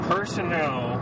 Personnel